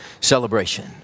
celebration